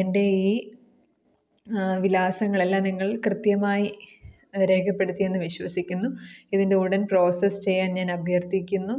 എൻ്റെ ഈ വിലാസങ്ങളെല്ലാം നിങ്ങൾ കൃത്യമായി രേഖപ്പെടുത്തി എന്ന് വിശ്വസിക്കുന്നു ഇതിൻ്റെ ഉടൻ പ്രോസസ് ചെയ്യാൻ ഞാൻ അഭ്യർത്ഥിക്കുന്നു